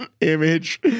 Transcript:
image